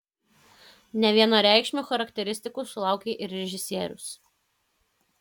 nevienareikšmių charakteristikų sulaukė ir režisierius